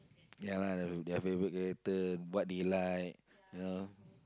ya lah their their favourite character what they like you know